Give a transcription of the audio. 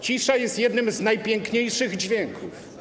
Cisza jest jednym z najpiękniejszych dźwięków.